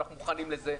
ואנחנו מוכנים לזה.